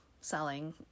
selling